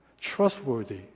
trustworthy